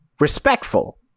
respectful